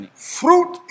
Fruit